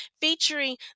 featuring